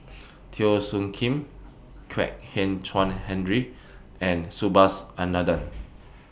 Teo Soon Kim Kwek Hian Chuan Henry and Subhas Anandan